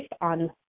on